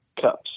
cups